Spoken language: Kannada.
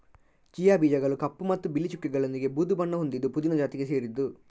ಚಿಯಾ ಬೀಜಗಳು ಕಪ್ಪು ಮತ್ತು ಬಿಳಿ ಚುಕ್ಕೆಗಳೊಂದಿಗೆ ಬೂದು ಬಣ್ಣ ಹೊಂದಿದ್ದು ಪುದೀನ ಜಾತಿಗೆ ಸೇರಿದ್ದು